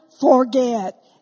forget